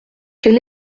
quel